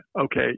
okay